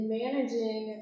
managing